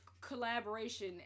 collaboration